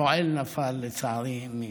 פועל נפל, לצערי,